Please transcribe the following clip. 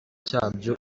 cyabyo